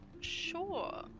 Sure